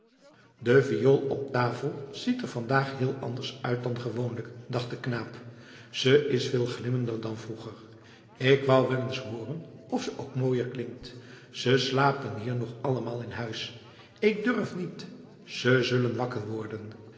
de viool op tafel ziet er vandaag heel anders uit dan gewoonlijk dacht de knaap ze is veel glimmender dan vroeger ik wou wel eens hooren of ze ook mooier klinkt ze slapen hier nog allemaal in huis ik durf niet ze zullen wakker worden